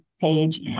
page